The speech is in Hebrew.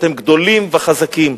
אתם גדולים וחזקים,